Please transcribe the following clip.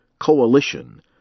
coalition